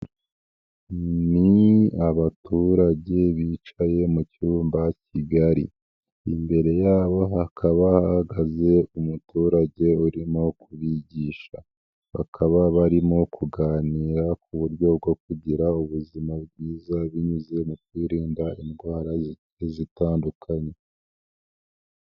Ni abaturage bicaye mu cyumba kigari, imbere yabo hakaba bahagaze umuturage urimo kubigisha, bakaba barimo kuganira ku buryo bwo kugira ubuzima bwiza, binyuze mu kwirinda indwara zigiye zitandukanye.